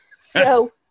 So-